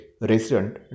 Resident